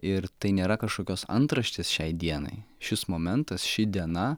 ir tai nėra kažkokios antraštės šiai dienai šis momentas ši diena